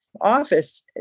office